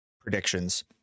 predictions